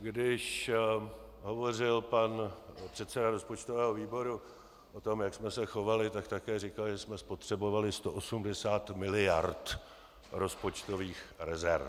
Když hovořil pan předseda rozpočtového výboru o tom, jak jsme se chovali, tak také říkal, že jsme spotřebovali 180 miliard rozpočtových rezerv.